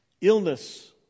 Illness